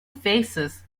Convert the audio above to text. faces